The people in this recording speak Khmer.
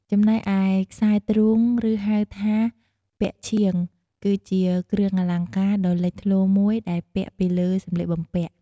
ចំណែកឯខ្សែទ្រូង ឬហៅថាពាក់ឈៀង គឺជាគ្រឿងអលង្ការដ៏លេចធ្លោមួយដែលពាក់ពីលើសម្លៀកបំពាក់។